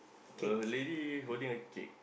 a lady holding a cake